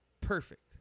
perfect